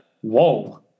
Whoa